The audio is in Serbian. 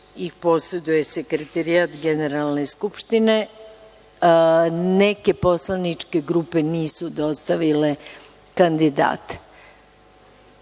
ih poseduje sekretarijat generalne skupštine. Neke poslaničke grupe nisu dostavile kandidate.